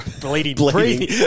Bleeding